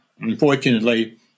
Unfortunately